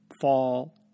fall